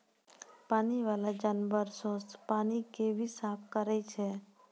पानी बाला जानवर सोस पानी के भी साफ करै छै